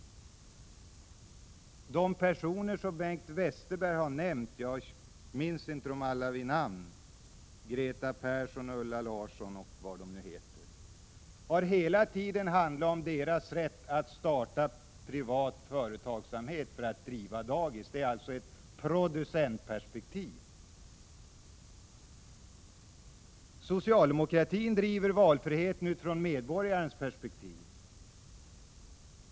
När det gäller de personer som Bengt Westerberg har nämnt — Greta Persson och Ulla Larsson, jag minns inte alla namn — har det hela tiden handlat om deras rätt att starta privat företagsamhet för att driva dagis. Det är alltså ett producentperspektiv. Socialdemokratin driver valfriheten utifrån medborgarnas perspektiv.